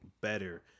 better